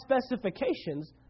specifications